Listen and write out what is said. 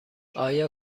آیا